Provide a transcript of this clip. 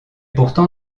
pourtant